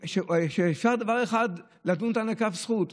אפשר בדבר אחד לדון אותה לכף זכות,